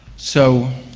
so,